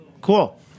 Cool